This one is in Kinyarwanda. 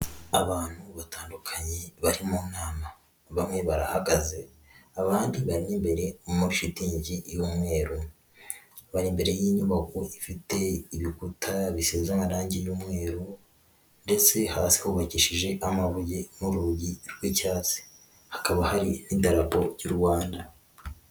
Abantu batandukanye bari mu nama, bamwe barahagaze abandi bari mo imbere muri shitingi y'umweru, bari imbere y'inyubako ifite ibikuta bisize amarangi y'umweru ndetse hasi hubakishije amabuye n'urugi rw'icyatsi hakaba hari idarapo ry' u Rwanda.